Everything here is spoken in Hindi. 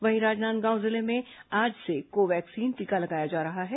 वहीं राजनांदगांव जिले में आज से को वैक्सीन टीका लगाया जा रहा है